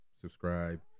subscribe